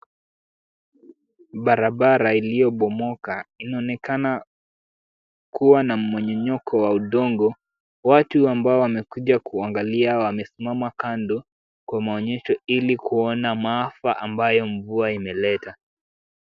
Barabara iliyobomoka inaonekana kuwa na mmomonyoko wa udongo. Watu ambao wamekuja kuangalia wamesimama kando kwa maonyesho ili kuona maafa ambayo mvua imeleta.